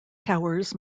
towers